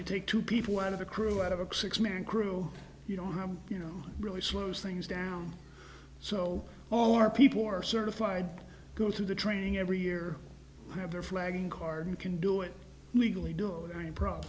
you take two people one of the crew out of a six man crew you know have you know really slows things down so all our people who are certified go through the training every year have their flagging card and can do it legally do